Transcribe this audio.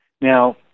Now